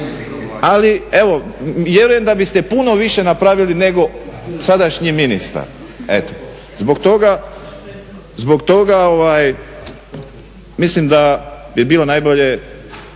Ali evo, vjerujem da biste puno više napravili nego sadašnji ministar. Eto zbog toga mislim da bi bilo najbolje